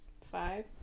five